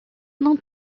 não